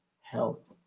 help